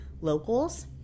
locals